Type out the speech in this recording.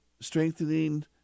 strengthening